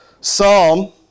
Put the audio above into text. Psalm